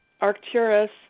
Arcturus